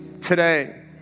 today